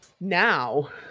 Now